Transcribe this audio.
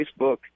Facebook